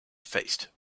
faced